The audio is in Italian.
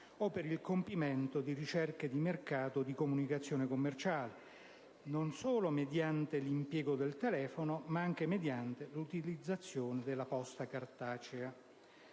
o per il compimento di ricerche di mercato e di comunicazione commerciale, non solo mediante l'impiego del telefono, ma anche attraverso l'utilizzazione della posta cartacea.